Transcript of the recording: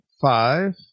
five